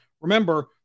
Remember